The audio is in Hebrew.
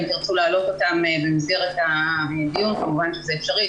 אם תרצו להעלות אותם במסגרת הדיון כמובן שזה אפשרי,